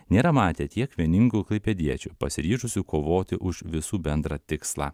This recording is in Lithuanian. nėra matę tiek vieningų klaipėdiečių pasiryžusių kovoti už visų bendrą tikslą